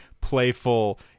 playful